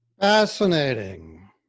Fascinating